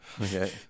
Okay